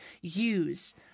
use